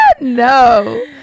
No